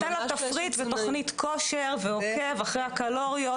הוא נותן לה תפריט ותוכנית כושר ועוקב אחרי הקלוריות